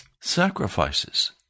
Sacrifices